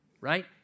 right